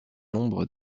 nombre